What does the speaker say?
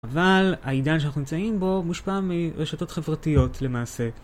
אבל, העידן שאנחנו נמצאים בו מושפע מרשתות חברתיות, למעשה.